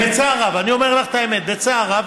בצער רב, אני אומר לך את האמת: בצער רב